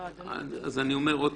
אני אומר שוב,